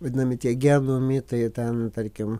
vadinami tie genų mitai ten tarkim